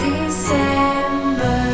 December